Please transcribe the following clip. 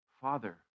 Father